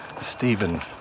Stephen